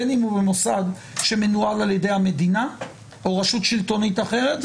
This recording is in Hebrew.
בין שהוא מוסד שמנוהל על ידי המדינה או רשות שלטונית אחרת,